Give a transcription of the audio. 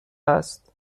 است